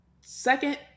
second